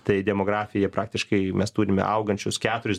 tai demografija praktiškai mes turime augančius keturis